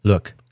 Look